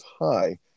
high